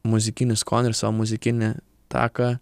muzikinį skonį ir savo muzikinį taką